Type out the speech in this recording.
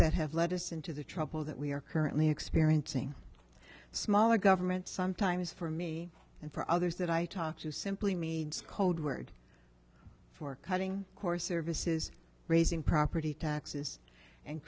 that have led us into the trouble that we are currently experiencing smaller government sometimes for me and for others that i talk to simply meads code word for cutting core services raising property taxes and